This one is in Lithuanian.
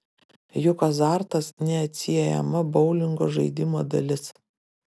juk azartas neatsiejama boulingo žaidimo dalis